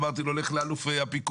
אמרתי לו לך לאלוף הפיקוד,